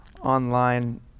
online